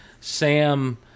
Sam